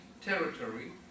territory